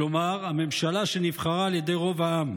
כלומר הממשלה שנבחרה על ידי רוב העם.